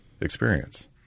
experience